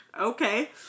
Okay